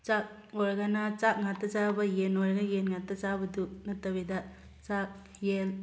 ꯆꯥꯛ ꯑꯣꯏꯔꯒꯅ ꯆꯥꯛ ꯉꯥꯛꯇ ꯆꯥꯕ ꯌꯦꯟ ꯑꯣꯏꯔꯒꯅ ꯌꯦꯟ ꯉꯥꯛꯇ ꯆꯥꯕꯗꯨ ꯅꯠꯇꯕꯤꯗ ꯆꯥꯛ ꯌꯦꯟ